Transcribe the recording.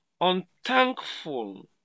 unthankful